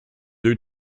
due